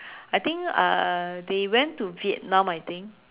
I think uh they went to Vietnam I think